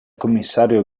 commissario